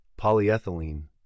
Polyethylene